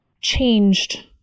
changed